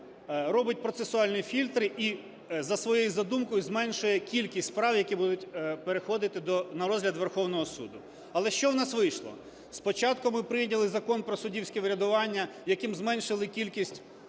робить процесуальні фільтри і за своєю задумкою зменшую кількість справ, які будуть переходити на розгляд Верховного Суду. Але, що у нас вийшло. Спочатку ми прийняли Закон про суддівське врядування, яким зменшили кількість членів